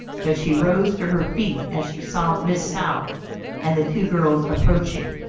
but she rose to her feet as she saw miss south and the two girls approaching.